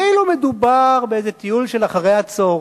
כאילו מדובר באיזה טיול של אחר-הצהריים,